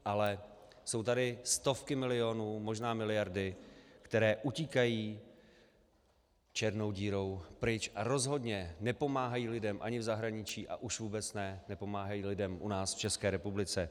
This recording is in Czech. Ale jsou tady stovky milionů, možná miliardy, které utíkají černou dírou pryč a rozhodně nepomáhají lidem ani v zahraničí, a už vůbec nepomáhají lidem u nás v České republice.